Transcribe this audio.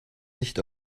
nicht